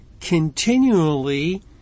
continually